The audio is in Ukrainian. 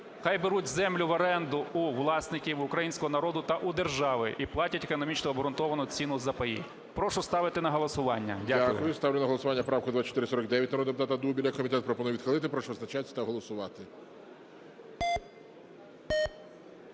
хай беруть землю в оренду у власників українського народу та у держави і платять економічно обґрунтовану ціну за паї. Прошу ставити на голосування. Дякую. ГОЛОВУЮЧИЙ. Дякую. Ставлю на голосування правку 2449, народного депутата Дубеля. Комітет пропонує відхилити. Прошу визначатись та